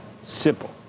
Simple